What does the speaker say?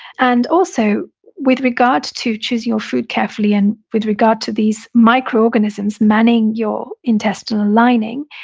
and also with regard to choosing your food carefully. and with regard to these microorganisms manning your intestinal lining,